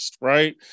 right